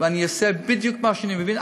ואני אעשה בדיוק מה שאני מבין.